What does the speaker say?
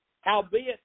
Howbeit